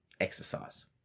exercise